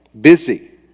Busy